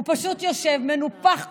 הוא פשוט יושב מנופח כולו,